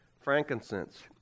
frankincense